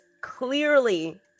clearly